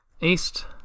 East